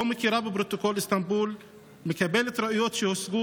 לא מכירה בפרוטוקול איסטנבול ומקבלת ראיות שהושגו